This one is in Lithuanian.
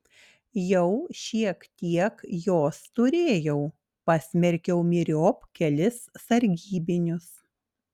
jau šiek tiek jos turėjau pasmerkiau myriop kelis sargybinius